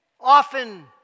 often